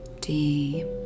deep